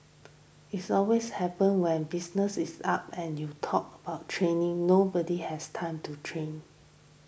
it always happens when business up and you talk about training nobody has time to train